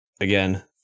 Again